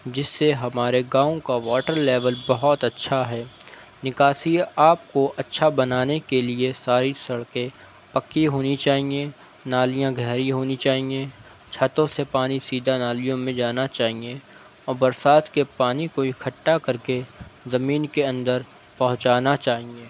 جس سے ہمارے گاؤں کا واٹر لیبل بہت اچھا ہے نکاسی آب کو اچھا بنانے کے لیے ساری سڑکیں پکی ہونی چاہییں نالیاں گہری ہونی چاہییں چھتوں سے پانی سیدھا نالیوں میں جانا چاہییں اور برسات کے پانی کو اکھٹا کر کے زمین کے اندر پہنچانا چاہییں